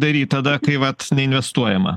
daryt tada kai vat neinvestuojama